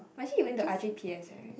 but actually you went to R_G_P_S [right]